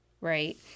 right